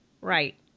Right